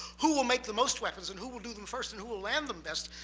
who will make the most weapons, and who will do them first, and who will end them best.